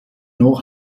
nur